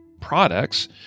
products